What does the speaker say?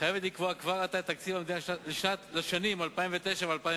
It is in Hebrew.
מחייבת לקבוע כבר עכשיו את תקציב המדינה לשנים 2009 ו-2010.